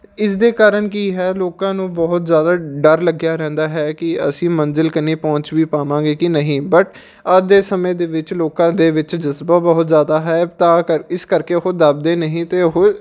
ਇਸ ਦੇ ਕਾਰਨ ਕੀ ਹੈ ਲੋਕਾਂ ਨੂੰ ਬਹੁਤ ਜ਼ਿਆਦਾ ਡਰ ਲੱਗਿਆ ਰਹਿੰਦਾ ਹੈ ਕਿ ਅਸੀਂ ਮੰਜ਼ਿਲ ਕੰਨੀ ਪਹੁੰਚ ਵੀ ਪਾਵਾਂਗੇ ਕਿ ਨਹੀਂ ਬਟ ਅੱਜ ਦੇ ਸਮੇਂ ਦੇ ਵਿੱਚ ਲੋਕਾਂ ਦੇ ਵਿੱਚ ਜਜ਼ਬਾ ਬਹੁਤ ਜ਼ਿਆਦਾ ਹੈ ਤਾਂ ਕਰਕੇ ਇਸ ਕਰਕੇ ਉਹ ਦੱਬਦੇ ਨਹੀਂ ਅਤੇ ਉਹ